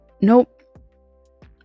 nope